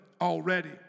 already